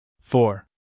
four